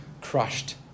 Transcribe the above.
crushed